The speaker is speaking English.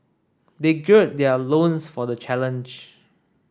they gird their loins for the challenge